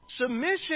Submission